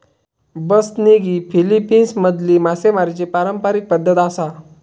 बसनिग ही फिलीपिन्समधली मासेमारीची पारंपारिक पद्धत आसा